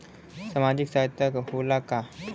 सामाजिक सहायता होला का?